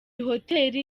hoteli